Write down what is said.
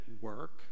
work